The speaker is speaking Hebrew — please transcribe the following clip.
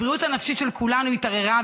הבריאות הנפשית של כולנו התערערה,